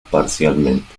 parcialmente